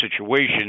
situation